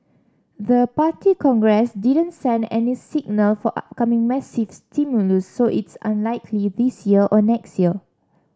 the Party Congress didn't send any signal for upcoming massive stimulus so it's unlikely this year or next year